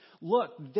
Look